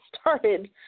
started